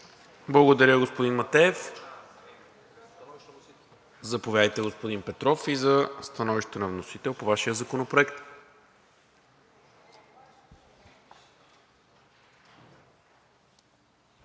Благодаря, господин Матеев. Заповядайте, господин Петров, и за становище на вносител по Вашия законопроект.